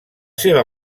seva